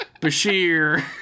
Bashir